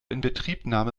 inbetriebnahme